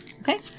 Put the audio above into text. okay